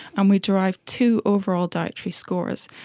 and we derived two overall dietary scores,